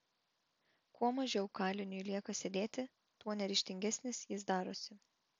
kuo mažiau kaliniui lieka sėdėti tuo neryžtingesnis jis darosi